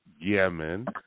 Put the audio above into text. Yemen